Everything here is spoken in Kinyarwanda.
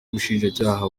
ubushinjacyaha